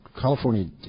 California